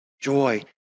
joy